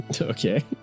Okay